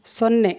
ಸೊನ್ನೆ